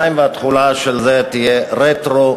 2. התחולה של זה תהיה רטרואקטיבית.